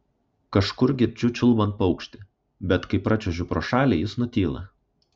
kažkur girdžiu čiulbant paukštį bet kai pračiuožiu pro šalį jis nutyla